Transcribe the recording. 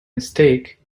mistake